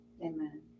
Amen